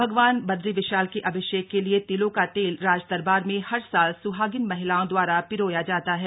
भगवान बद्री विशाल के अभिषेक के लिए तिलों का तेल राजदरबार में हर साल सुहागिन महिलाओं दवारा पिरोया जाता है